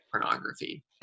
pornography